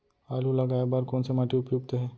आलू लगाय बर कोन से माटी उपयुक्त हे?